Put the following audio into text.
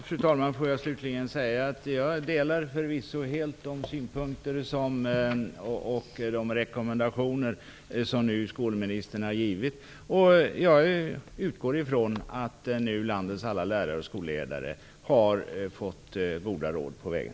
Fru talman! Låt mig slutligen säga att jag förvisso helt delar de synpunkter skolministern har framfört och instämmer i de rekommendationer som hon har givit. Jag utgår från att landets alla lärare och skolledare nu har fått goda råd på vägen.